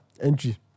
entry